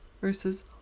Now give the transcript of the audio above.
versus